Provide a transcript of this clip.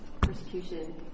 persecution